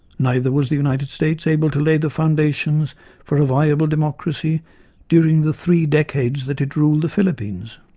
neither was the united states able to lay the foundations for a viable democracy during the three decades that it ruled the philippines.